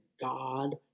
God